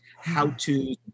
how-to